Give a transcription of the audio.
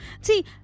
See